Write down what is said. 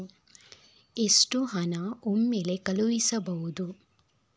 ಎಷ್ಟು ಹಣ ಒಮ್ಮೆಲೇ ಕಳುಹಿಸಬಹುದು?